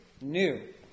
new